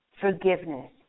forgiveness